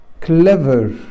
clever